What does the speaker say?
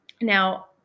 Now